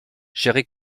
gérée